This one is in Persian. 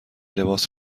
لباس